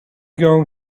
going